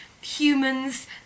humans